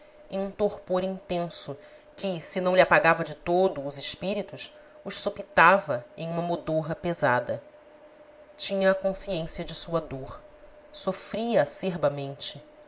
em um torpor intenso que se não lhe apagava de todo os espíritos os sopitava em uma modorra pesada tinha a consciência de sua dor sofria acerbamente